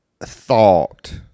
thought